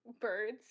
birds